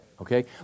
okay